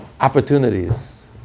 opportunities